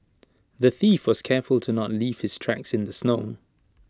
the thief was careful to not leave his tracks in the snow